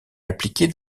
appliquée